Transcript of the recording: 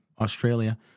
Australia